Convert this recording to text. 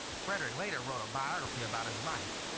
frederick later wrote a biography about his life.